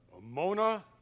Mona